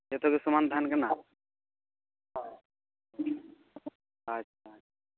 ᱡᱚᱛᱚ ᱜᱮ ᱥᱚᱢᱟᱱ ᱛᱟᱦᱮᱱ ᱠᱟᱱᱟ ᱟᱪᱪᱷᱟ ᱟᱪᱪᱷᱟ